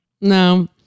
No